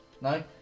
No